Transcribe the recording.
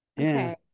okay